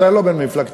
אתה לא בן מפלגתי,